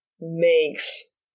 makes